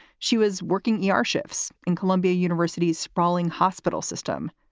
she was working e r. shifts in columbia university's sprawling hospital system.